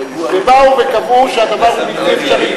וקבעו שהדבר הוא בלתי אפשרי,